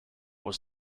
was